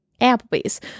Applebee's